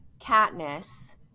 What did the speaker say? Katniss